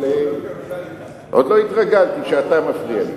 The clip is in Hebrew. אבל עוד לא התרגלתי שאתה מפריע לי.